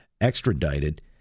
extradited